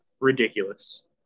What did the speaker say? Ridiculous